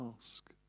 ask